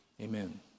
amen